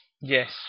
yes